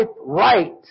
right